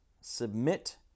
submit